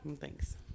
thanks